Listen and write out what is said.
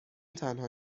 تنها